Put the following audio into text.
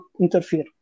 interfere